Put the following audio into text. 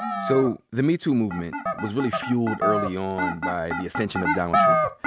so the me too movement was really fueled early on by the ascension of donald trump.